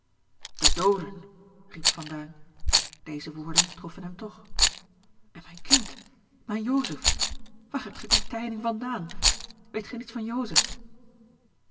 de dooden riep van duin deze woorden troffen hem toch george een ongeluksvogel en mijn kind mijn joseph waar hebt gij die tijding van daan weet gij niets van